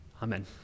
Amen